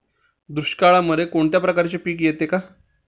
दुष्काळामध्ये कोणत्या प्रकारचे पीक येते का?